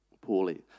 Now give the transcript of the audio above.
poorly